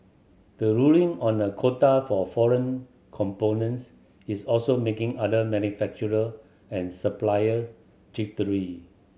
the ruling on a quota for foreign components is also making other manufacturer and supplier jittery